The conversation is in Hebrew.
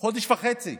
חודש וחצי.